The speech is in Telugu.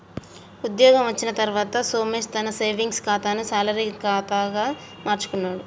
ఉద్యోగం వచ్చిన తర్వాత సోమేశ్ తన సేవింగ్స్ కాతాను శాలరీ కాదా గా మార్చుకున్నాడు